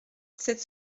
cette